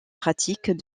pratiques